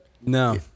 no